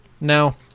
Now